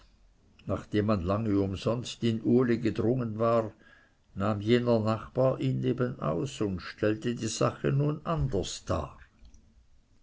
nachdem man lange umsonst in uli gedrungen war nahm jener nachbar ihn nebenaus und stellte die sache nun anders dar